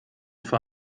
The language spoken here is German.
vor